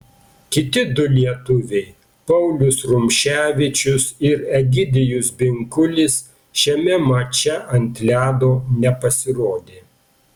kiti du lietuviai paulius rumševičius ir egidijus binkulis šiame mače ant ledo nepasirodė